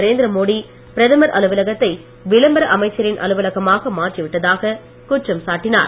நரேந்திர மோடி பிரதமர் அலுவலகத்தை விளம்பர அமைச்சரின் அலுவலகமாக மாற்றிவிட்டதாக குற்றம் சாட்டினார்